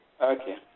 Okay